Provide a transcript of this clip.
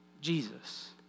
Jesus